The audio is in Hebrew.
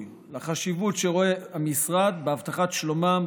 לחשיבות שרואה המשרד בהבטחת שלומם,